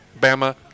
Bama